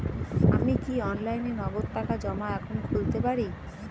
আমি কি অনলাইনে নগদ টাকা জমা এখন খুলতে পারি?